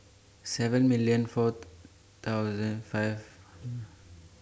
seven million forty thousand five